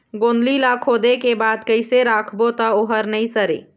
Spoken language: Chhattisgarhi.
गोंदली ला खोदे के बाद कइसे राखबो त ओहर नई सरे?